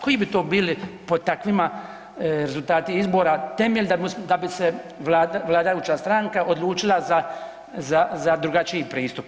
Koji bi to bili po takvima rezultati izbora temelj da bi se vladajuća stranka odlučila za drugačiji pristup?